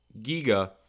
Giga